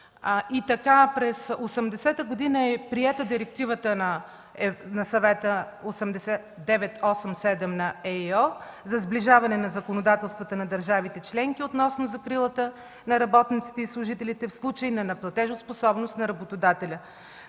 През 1980 г. е приета Директива на Съвета 987/ЕИО за сближаване на законодателствата на държавите членки относно закрилата на работниците и служителите в случай на неплатежоспособност на работодателя.